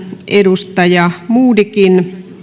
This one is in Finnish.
edustaja modigin